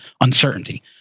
uncertainty